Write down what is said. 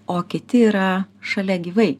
o kiti yra šalia gyvai